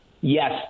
Yes